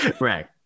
Right